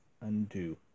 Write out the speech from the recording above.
undo